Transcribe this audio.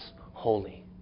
holy